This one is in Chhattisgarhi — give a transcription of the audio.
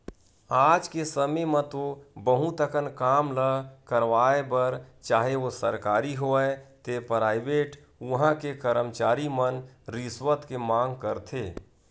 आज के समे म तो बहुत अकन काम ल करवाय बर चाहे ओ सरकारी होवय ते पराइवेट उहां के करमचारी मन रिस्वत के मांग करथे